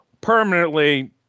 permanently